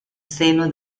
seno